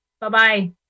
Bye-bye